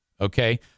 Okay